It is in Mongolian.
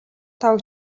таваг